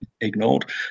ignored